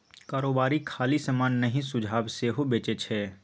कारोबारी खाली समान नहि सुझाब सेहो बेचै छै